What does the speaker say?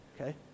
okay